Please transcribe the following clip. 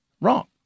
wrong